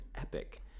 epic